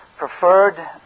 preferred